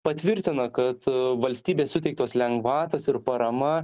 patvirtina kad valstybės suteiktos lengvatos ir parama